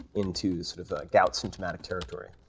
into sort of gout symptomatic territory,